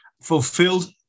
fulfilled